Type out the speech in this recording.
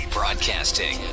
Broadcasting